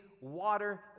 water